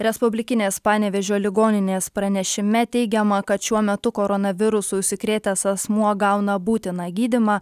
respublikinės panevėžio ligoninės pranešime teigiama kad šiuo metu koronavirusu užsikrėtęs asmuo gauna būtiną gydymą